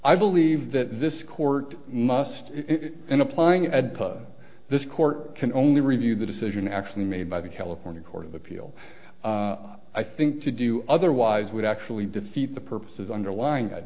i believe that this court must in applying at the this court can only review the decision actually made by the california court of appeal i think to do otherwise would actually defeat the purposes underlying